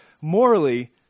morally